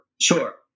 Sure